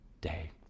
day